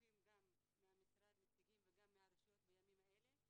שותפים גם נציגים מהמשרד וגם מהרשויות בימים האלה.